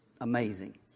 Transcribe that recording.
amazing